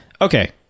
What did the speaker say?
okay